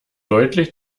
deutlich